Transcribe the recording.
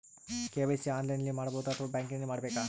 KYC ಆನ್ಲೈನಲ್ಲಿ ಮಾಡಬಹುದಾ ಅಥವಾ ಬ್ಯಾಂಕಿನಲ್ಲಿ ಮಾಡ್ಬೇಕಾ?